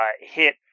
hit